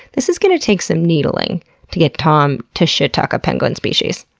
this is going to take some needling to get tom to shittalk a penguin species.